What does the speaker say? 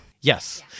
Yes